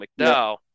McDowell